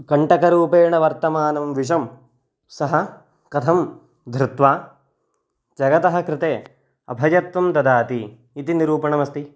कण्टकरूपेण वर्तमानं विषं सः कथं धृत्वा जगतः कृते अभयत्वं ददाति इति निरूपणमस्ति